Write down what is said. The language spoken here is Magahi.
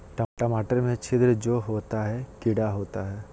टमाटर में छिद्र जो होता है किडा होता है?